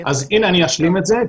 אז הנה אני אשלים את זה.